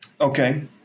Okay